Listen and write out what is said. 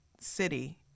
city